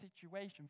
situation